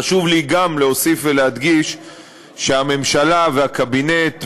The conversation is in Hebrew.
חשוב לי להוסיף ולהדגיש שהממשלה והקבינט,